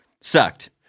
sucked